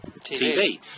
TV